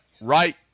right